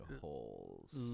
holes